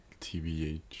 tbh